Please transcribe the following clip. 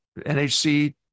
NHC